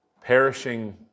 perishing